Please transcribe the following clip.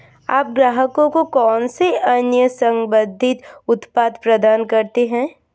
आप ग्राहकों को कौन से अन्य संबंधित उत्पाद प्रदान करते हैं?